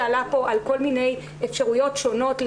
הנושא הזה שעלה כאן על כל מיני אפשרויות שונות להתערטלויות,